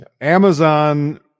Amazon